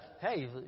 hey